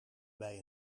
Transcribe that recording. bij